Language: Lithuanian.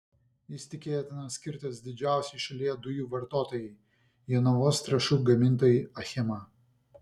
jis tikėtina skirtas didžiausiai šalyje dujų vartotojai jonavos trąšų gamintojai achema